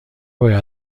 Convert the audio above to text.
باید